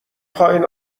خواین